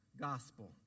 gospel